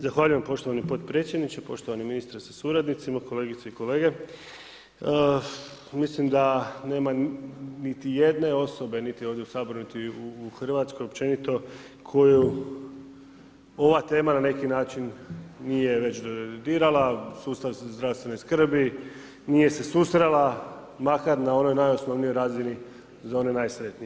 Zahvaljujem poštovani potpredsjedniče, poštovani ministre sa suradnicima, kolegice i kolege, mislim da nema niti jedne osobe niti ovdje u Saboru niti u Hrvatskoj općenito koju ova tema na neki način nije već dirala, sustav zdravstvene skrbi, nije se susrela, makar na onoj najosnovnijoj razini za one najsretnije.